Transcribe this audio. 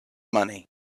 money